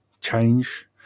change